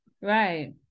Right